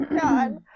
God